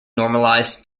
normalized